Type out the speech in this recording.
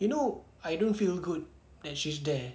you know I don't feel good that she's there